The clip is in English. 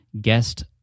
guest